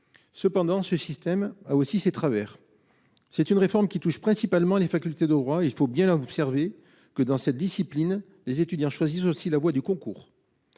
Mais ce système a aussi ses travers. C'est une réforme qui touche principalement les facultés de droit. Il faut bien avoir à l'esprit que, dans cette discipline, les étudiants choisissent aussi la voie des concours.